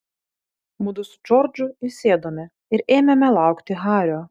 mudu su džordžu įsėdome ir ėmėme laukti hario